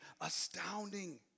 astounding